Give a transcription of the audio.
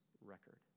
record